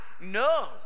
no